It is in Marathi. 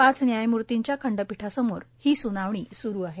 पाच न्यायमूर्तींच्या खंडपीठासमोर ही सुनावणी सुरू आहे